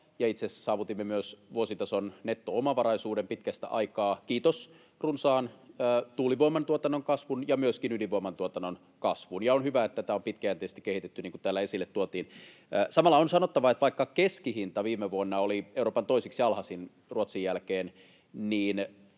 saavutimme myös vuositason netto-omavaraisuuden pitkästä aikaa, kiitos tuulivoiman tuotannon runsaan kasvun ja myöskin ydinvoiman tuotannon kasvun, ja on hyvä, että tätä on pitkäjänteisesti kehitetty, niin kuin täällä esille tuotiin. Samalla on sanottava, että vaikka keskihinta viime vuonna oli Euroopan toiseksi alhaisin Ruotsin jälkeen,